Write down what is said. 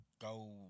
go